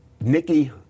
Nikki